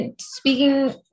speaking